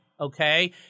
Okay